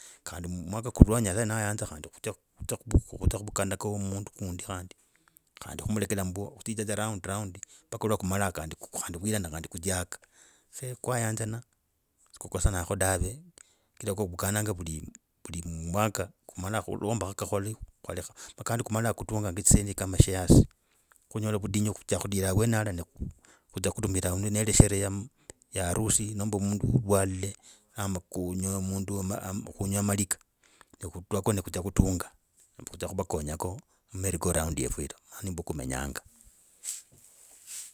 Kandi mu mwaka kundi ave na ayanza kudzie kuvukanako wo mundu kandi. Khandi khumleke tsa mbwo kudzie dza round round mpaka iwo kumala kandi kuirana kandi kuchaga khe khwayanzana si kukosanako dave. Kidogo kuvukana vuli mwaka, kumala kulombako ko khwali khwalekha. Kandi kumanya kutunga zisendi kama shares ne kunyola vundiyu kudzia kudira awenao na kudzia kudumira neli sherehe ya harusi, nomba mundu wale. Ama kunyole mundu, kunyole malika, nekuturako ni kudzia kutunga no kuzia kuvakonyako mu merry go round yefwe tu. Na nindyo kumenyanga.